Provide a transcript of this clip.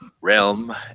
realm